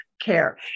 care